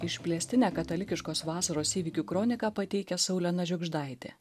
išplėstinę katalikiškos vasaros įvykių kroniką pateikia saulena žiugždaitė